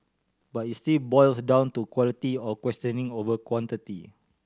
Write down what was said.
but it still boils down to quality of questioning over quantity